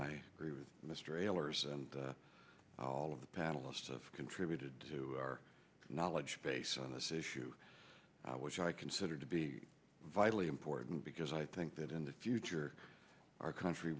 i agree with mr ellery and all of the panelists contributed to our knowledge base on this issue which i consider to be vitally important because i think that in the future our country